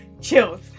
chills